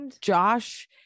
Josh